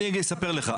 אספר לך.